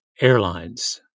airlines